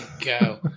go